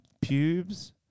pubes